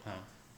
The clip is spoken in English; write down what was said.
ah